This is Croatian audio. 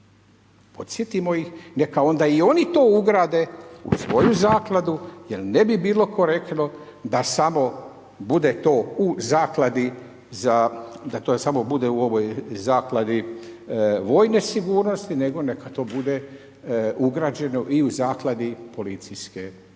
podsjetimo ih neka onda i oni to ugrade u svoju zakladu jer ne bi bilo korektno da samo to bude u ovoj zakladi vojne sigurnosti, nego neka to bude ugrađeno i u zakladi policijske